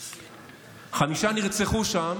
חמישה נרצחו שם